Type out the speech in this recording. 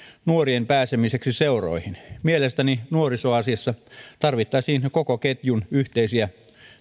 nuorien pääsemiseksi seuroihin mielestäni nuorisoasiassa tarvittaisiin koko ketjun yhteisiä